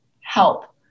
help